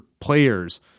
players